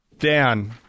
Dan